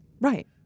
Right